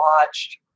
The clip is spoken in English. watched